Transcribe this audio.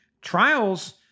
Trials